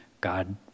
God